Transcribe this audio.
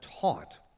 taught